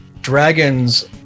dragon's